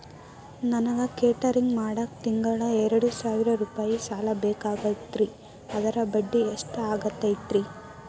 ನನಗ ಕೇಟರಿಂಗ್ ಮಾಡಾಕ್ ತಿಂಗಳಾ ಎರಡು ಸಾವಿರ ರೂಪಾಯಿ ಸಾಲ ಬೇಕಾಗೈತರಿ ಅದರ ಬಡ್ಡಿ ಎಷ್ಟ ಆಗತೈತ್ರಿ?